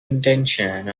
intention